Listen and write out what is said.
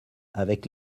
avec